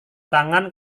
tangan